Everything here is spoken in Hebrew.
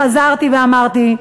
חזרתי ואמרתי,